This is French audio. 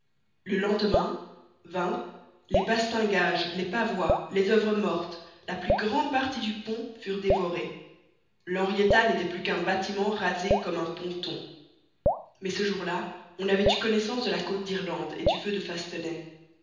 le lendemain les bastingages les pavois les oeuvres mortes la plus grande partie du pont furent dévorés l'henrietta n'était plus qu'un bâtiment rasé comme un ponton mais ce jour-là on avait eu connaissance de la côte d'irlande et du feu de